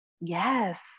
yes